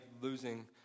losing